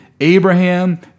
Abraham